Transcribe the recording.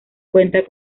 cuenta